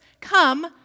come